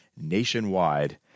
nationwide